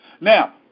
Now